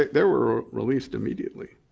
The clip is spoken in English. they were released immediately.